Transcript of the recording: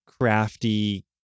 crafty